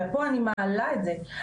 ופה אני מעלה את זה,